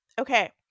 Okay